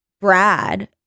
brad